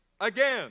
again